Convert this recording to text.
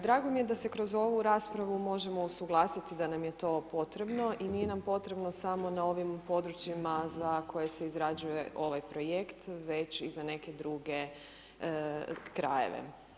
Drago mi je da se kroz ovu raspravu možemo usuglasiti da nam je to potrebno i nije nam potrebno samo na ovim područjima za koje se izrađuje ovaj projekt već i za neke druge krajeve.